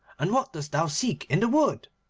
and what dost thou seek in the wood